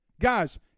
Guys